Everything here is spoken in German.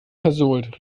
versohlt